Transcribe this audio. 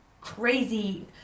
crazy